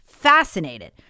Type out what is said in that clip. fascinated